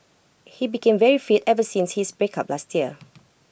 he became very fit ever since his breakup last year